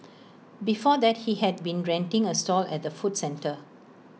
before that he had been renting A stall at the food centre